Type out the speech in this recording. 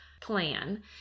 plan